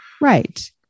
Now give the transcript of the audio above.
Right